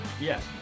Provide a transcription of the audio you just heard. Yes